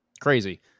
crazy